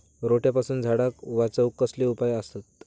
रोट्यापासून झाडाक वाचौक कसले उपाय आसत?